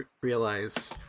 realize